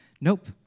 Nope